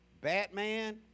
Batman